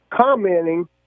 commenting